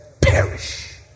perish